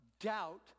doubt